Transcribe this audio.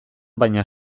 baina